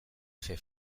efe